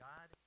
God